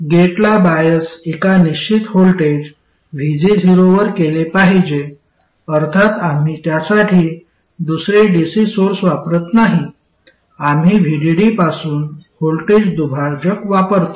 गेटला बायस एका निश्चित व्होल्टेज VG0 वर केले पाहिजे अर्थात आम्ही त्यासाठी दुसरे डीसी सोर्स वापरत नाही आम्ही VDD पासून व्होल्टेज दुभाजक वापरतो